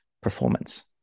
performance